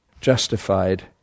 justified